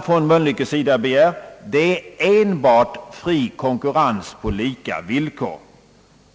Mölnlycke begär enbart fri konkurrens på lika villkor.